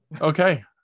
Okay